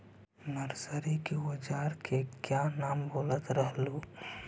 Nursery के ओजार के क्या नाम बोलत रहलू?